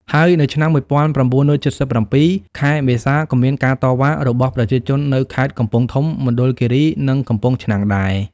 ហើយ នៅឆ្នាំ១៩៧៧ ខែមេសាក៏មានការតវ៉ារបស់ប្រជាជន នៅ ខេត្តកំពង់ធំ មណ្ឌលគីរី និងកំពង់ឆ្នាំង ដែរ។